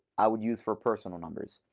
i would use for personal numbers.